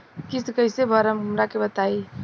किस्त कइसे भरेम हमरा के बताई?